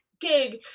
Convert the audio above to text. gig